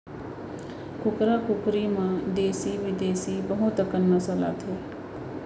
कुकरा कुकरी म देसी बिदेसी बहुत अकन नसल आथे